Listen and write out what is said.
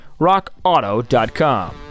Rockauto.com